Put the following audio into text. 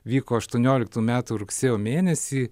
vyko aštuonioliktų metų rugsėjo mėnesį